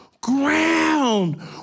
ground